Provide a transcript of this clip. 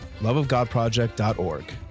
loveofgodproject.org